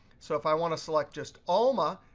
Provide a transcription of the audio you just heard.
so if i want to select just alma,